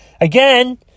again